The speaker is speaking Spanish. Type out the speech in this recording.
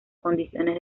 condiciones